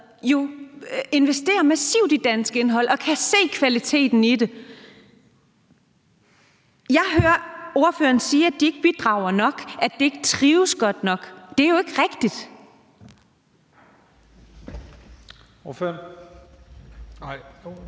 investerer massivt i dansk indhold og kan se kvaliteten i det. Jeg hører ordføreren sige, at de ikke bidrager nok, og at det ikke trives godt nok. Det er jo ikke rigtigt.